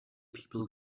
people